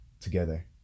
together